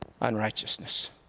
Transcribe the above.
unrighteousness